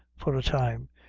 for a time,